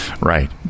Right